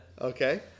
Okay